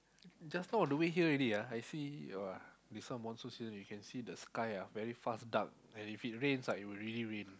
just now on the way here already ah I see !wah! this one monsoon season you can see the sky ah very fast dark and if it rains ah it will really rain